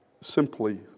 simply